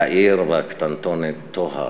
תאיר, והקטנטונת טוהר.